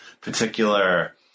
particular